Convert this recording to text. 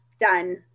done